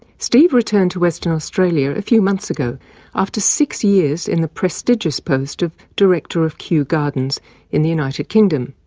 steve returned to western australia a few months ago after six years in the prestigious post of director of kew gardens in the united kingdom.